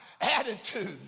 attitude